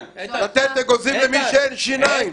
לתת אגוזים למי שאין לו שיניים.